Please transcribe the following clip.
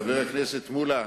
חבר הכנסת מולה,